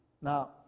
Now